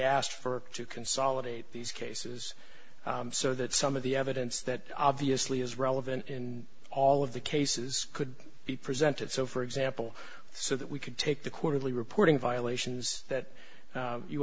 asked for to consolidate these cases so that some of the evidence that obviously is relevant in all of the cases could be presented so for example so that we could take the quarterly reporting violations that